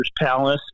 Palace